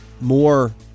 more